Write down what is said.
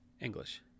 english